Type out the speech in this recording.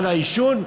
אבל העישון?